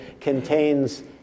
contains